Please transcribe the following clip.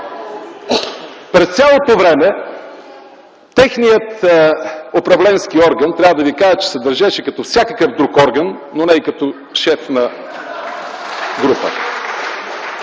през цялото време техният управленски орган, трябва да ви кажа, се държеше като всякакъв друг орган, но не и като шеф на група.